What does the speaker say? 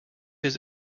his